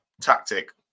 tactic